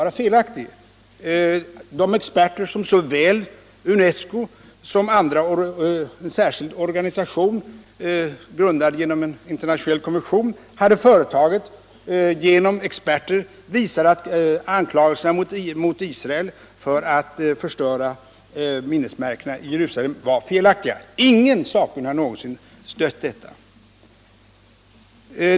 De undersökningar som såväl UNES CO:s experter som en särskild organisation, grundad genom en internationell konvention, hade företagit visade att anklagelserna mot Israel för att förstöra de historiska minnesmärkena i Jerusalem var felaktiga. Ingen sakkunnig har någonsin stött detta påstående.